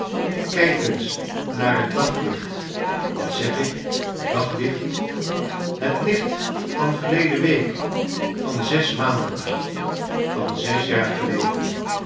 kijk eens naar het daglicht wat zeg ik daglicht het licht van verleden week van zes maanden van zes jaar geleden